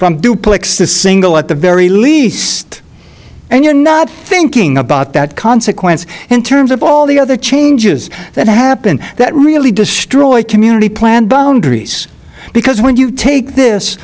from duplex to single at the very least and you're not thinking about that consequence in terms of all the other changes that happen that really destroy community plan boundaries because when you take this